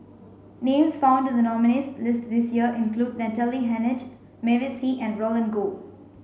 names found the nominees' list this year include Natalie Hennedige Mavis Hee and Roland Goh